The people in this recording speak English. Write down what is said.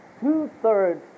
two-thirds